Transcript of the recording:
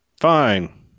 Fine